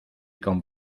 con